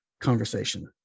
conversation